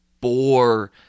bore